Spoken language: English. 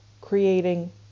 creating